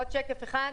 עוד שקף אחד.